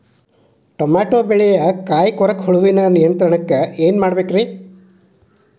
Tomato ಬೆಳೆಯ ಕಾಯಿ ಕೊರಕ ಹುಳುವಿನ ನಿಯಂತ್ರಣಕ್ಕ ಏನ್ ಮಾಡಬೇಕ್ರಿ?